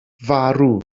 farw